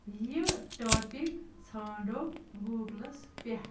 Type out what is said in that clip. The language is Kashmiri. یہِ ٹاپِک ژھانٛڈو گوٗگلس پٮ۪ٹھ